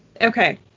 Okay